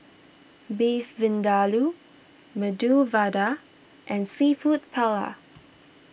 Beef Vindaloo Medu Vada and Seafood Paella